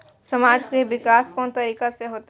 समाज के विकास कोन तरीका से होते?